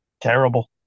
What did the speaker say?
Terrible